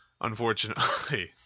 unfortunately